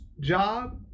job